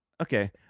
okay